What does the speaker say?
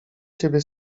ciebie